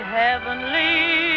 heavenly